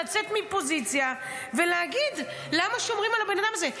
לצאת מפוזיציה ולהגיד: למה שומרים על הבן אדם הזה?